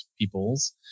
peoples